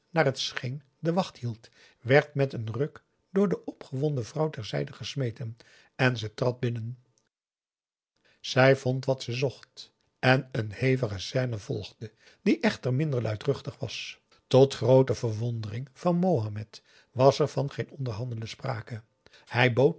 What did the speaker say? naar het scheen de wacht hield werd met een ruk door de opgewonden vrouw ter zijde gesmeten en ze trad binnen zij vond wat ze zocht en een hevige scène volgde die echter minder luidruchtig was tot groote verwondering van mohamed was er van geen onderhandelen sprake hij bood